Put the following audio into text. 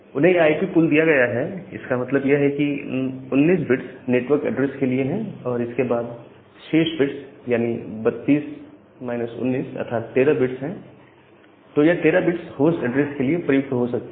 उन्हें यह IP pool दिया गया है इसका मतलब यह है कि 19 बिट्स नेटवर्क एड्रेस के लिए हैं और इसके बाद शेष बिट्स यानी 32 19 अर्थात 13 बिट्स तो यह 13 बिट्स होस्ट एड्रेस के लिए प्रयुक्त हो सकते हैं